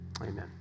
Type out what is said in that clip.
Amen